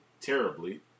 terribly